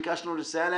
שביקשנו לסייע להם,